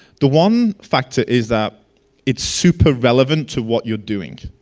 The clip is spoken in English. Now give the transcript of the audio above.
the one factor is that it's super relevant to what you're doing.